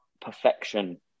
perfection